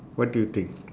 what do you think